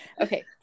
Okay